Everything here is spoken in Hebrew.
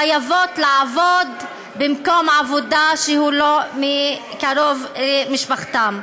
חייבות לעבוד במקום עבודה שהוא לא של קרוב משפחתן.